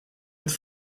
het